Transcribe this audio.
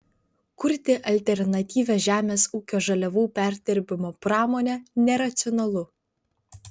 kurti alternatyvią žemės ūkio žaliavų perdirbimo pramonę neracionalu